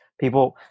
People